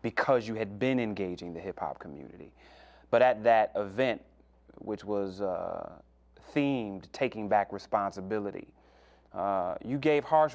because you had been engaging the hip hop community but at that event which was themed taking back responsibility you gave harsh